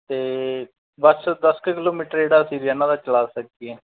ਅਤੇ ਬਸ ਦਸ ਕੁ ਕਿਲੋਮੀਟਰ ਜਿਹੜਾ ਅਸੀਂ ਰੋਜ਼ਾਨਾ ਦਾ ਚਲਾ ਸਕੀਏ